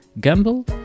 Gamble